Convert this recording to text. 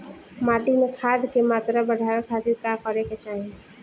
माटी में खाद क मात्रा बढ़ावे खातिर का करे के चाहीं?